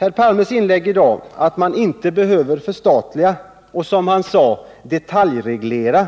Herr Palmes uttalande i dag att man inte behöver förstatliga och detaljreglera